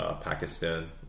pakistan